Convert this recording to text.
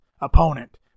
opponent